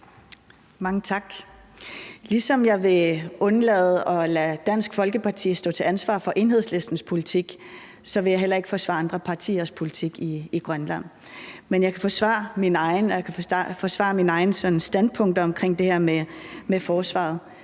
Mange tak. Ligesom jeg vil undlade at lade Dansk Folkeparti stå til ansvar for Enhedslistens politik, vil jeg heller ikke forsvare andre partiers politik i Grønland. Men jeg kan forsvare min egen, og jeg kan forsvare